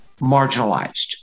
marginalized